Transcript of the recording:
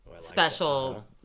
special